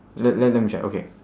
let let let me check okay